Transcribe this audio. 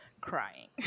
crying